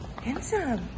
Handsome